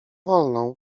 wolną